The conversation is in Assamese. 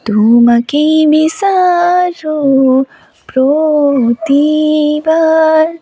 তোমাকেই বিচাৰোঁ প্ৰতিবাৰ